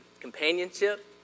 companionship